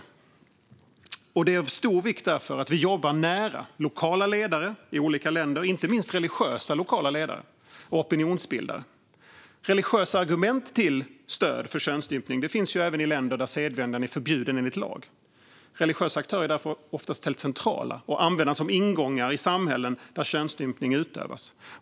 Det är därför av stor vikt att vi jobbar nära lokala ledare i olika länder, inte minst religiösa lokala ledare och opinionsbildare. Religiösa argument till stöd för könsstympning finns ju även i länder där sedvänjan är förbjuden enligt lag. Det är därför ofta helt centralt att använda religiösa aktörer som ingångar i samhällen där könsstympning utövas.